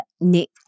Nick